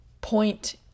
point